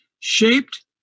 Shaped